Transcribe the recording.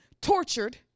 tortured